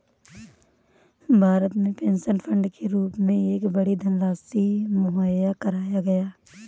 भारत में pension fund के रूप में एक बड़ी धनराशि मुहैया कराया गया है